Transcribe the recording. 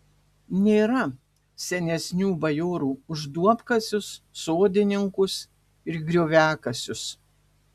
nėra senesnių bajorų už duobkasius sodininkus ir grioviakasius